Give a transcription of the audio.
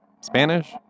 Spanish